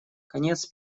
конец